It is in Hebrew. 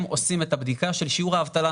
הם עושים את הבדיקה של שיעור האבטלה.